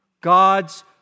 God's